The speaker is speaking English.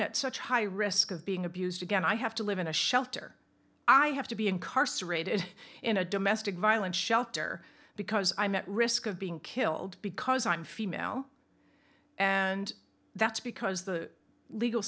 at such high risk of being abused again i have to live in a shelter i have to be incarcerated in a domestic violence shelter because i met risk of being killed because i'm female and that's because the legal